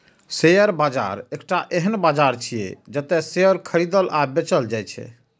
share बाजार एकटा एहन बाजार छियै, जतय शेयर खरीदल आ बेचल जाइ छै